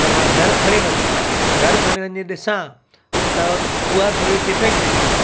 त मां घरु खणी वियमि घर खणी ॾिसां त उहा थोरी डिफेक्ट निकिती